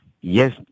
Yes